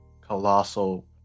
colossal